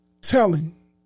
telling